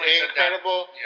incredible